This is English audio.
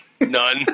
None